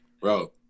Bro